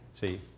See